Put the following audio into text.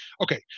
Okay